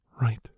right